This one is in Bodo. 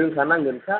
रोंखा नांगोनखा